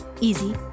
easy